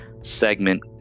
segment